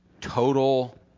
total